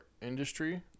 industry